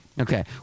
Okay